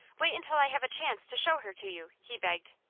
wait until i have a chance to show her to you! he begged.